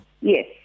Yes